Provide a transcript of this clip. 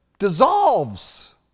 dissolves